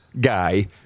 guy